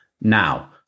Now